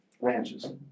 ranches